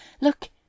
Look